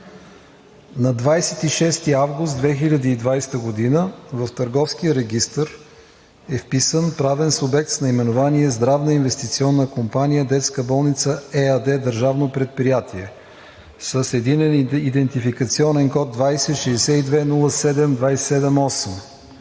на 26 август 2020 г. в Търговския регистър е вписан правен субект с наименование „Здравна инвестиционна компания за детска болница“ ЕАД ДП, с единен идентификационен код 206207278,